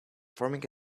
forming